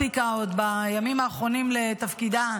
הספיקה עוד בימים האחרונים לתפקידה